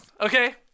Okay